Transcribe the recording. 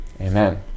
Amen